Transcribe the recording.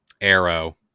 Arrow